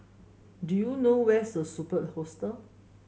do you know where is Superb Hostel